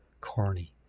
Corny